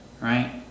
right